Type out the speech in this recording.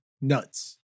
nuts